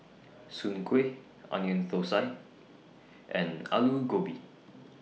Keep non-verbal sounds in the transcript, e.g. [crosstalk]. Soon Kuih Onion Thosai and [noise] Aloo Gobi